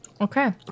okay